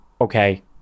okay